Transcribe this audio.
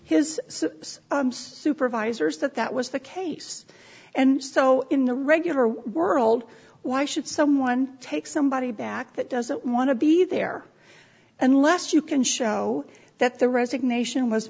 sips supervisors that that was the case and so in the regular world why should someone take somebody back that doesn't want to be there unless you can show that the resignation was